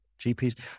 GPs